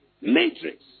Matrix